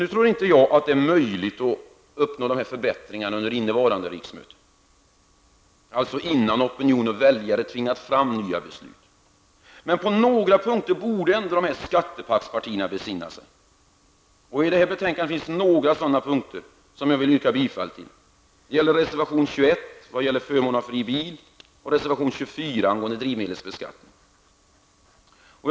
Nu tror jag inte att det är möjligt att uppnå dessa förbättringar under innevarande riksmöte, dvs. innan opinion och väljare tvingar fram nya beslut. Men på några punkter borde ändå skattepaktspartierna besinna sig. I det här betänkandet finns några sådana punkter som jag vill yrka bifall till. Det gäller reservation 21 om förmån av fri bil och reservation 24 om drivmedelsbeskattningen.